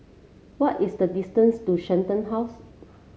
what is the distance to Shenton House